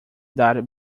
dar